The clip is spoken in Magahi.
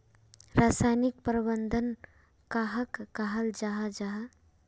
रासायनिक प्रबंधन कहाक कहाल जाहा जाहा?